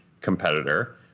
competitor